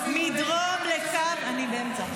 מישהו מוכן לי להסביר לי למה?